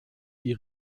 die